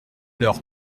leur